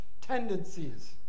tendencies